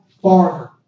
Farther